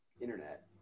internet